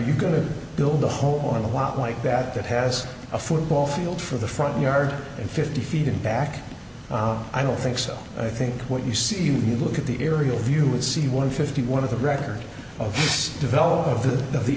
you going to build a home or a lot like that that has a football field for the front yard and fifty feet in back i don't think so i think what you see you look at the aerial view and see one fifty one of the record of these develop of the